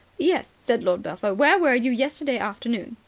yes, said lord belpher. where were you yesterday afternoon?